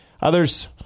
others